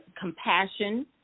compassion